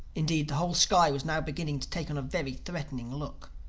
indeed the whole sky was now beginning to take on a very threatening look.